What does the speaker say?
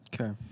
Okay